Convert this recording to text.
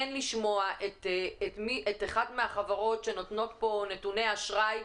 לשמוע את אחת מהחברות שנותנות נתוני אשראי.